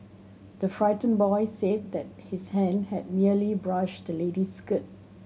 the frightened boy said that his hand had merely brushed the lady's skirt